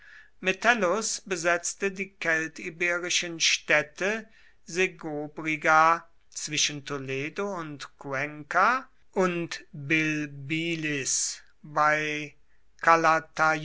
metellus besetzte die keltiberischen städte segobriga zwischen toledo und cuenca und bilbilis bei